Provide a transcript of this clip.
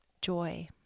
joy